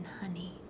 honey